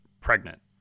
pregnant